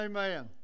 Amen